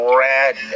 red